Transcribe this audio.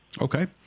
Okay